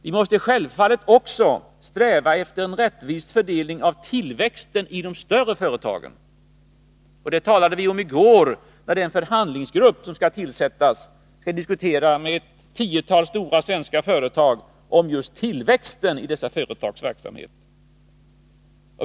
Vi måste självfallet också sträva efter en rättvis fördelning av tillväxten i de större företagen. Det talade vi om i går när det gäller den förhandlingsgrupp som skall tillsättas och diskutera med ett tiotal stora svenska företag om just tillväxten i dessa företags verksamhet.